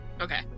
Okay